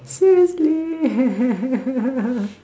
seriously